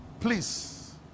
please